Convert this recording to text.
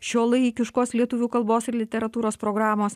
šiuolaikiškos lietuvių kalbos ir literatūros programos